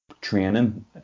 training